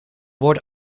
woord